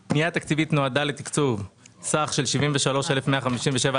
בעיקרי הפנייה כתוב 169,298,000